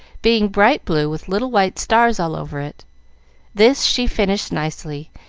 being bright blue with little white stars all over it this she finished nicely,